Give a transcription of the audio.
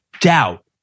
doubt